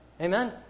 Amen